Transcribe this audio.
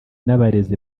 n’abarezi